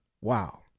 Wow